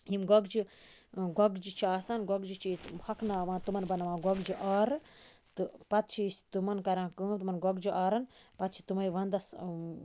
یِم گۄگجہِ گۄگجہِ چھِ آسان گۄگجہِ چھِ أسۍ ہۄکھناوان تِمَن بَناوان گۄگجہِ آرٕ تہٕ پَتہٕ چھِ أسۍ تِمَن کَران کٲم تِمَن گۄگجہِ آرَن پَتہٕ چھِ تِمے وَندَس